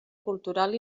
cultural